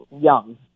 young